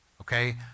Okay